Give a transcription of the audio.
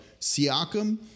Siakam